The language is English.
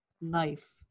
knife